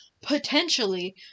potentially